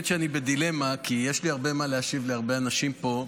האמת שאני בדילמה כי יש לי הרבה מה להשיב להרבה אנשים פה.